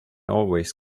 always